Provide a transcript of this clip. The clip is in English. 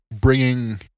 bringing